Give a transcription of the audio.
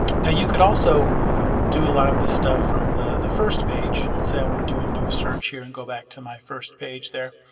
now you could also do a lot of this stuff from the the first page let's say i want to do a new search here and go back to my first page there.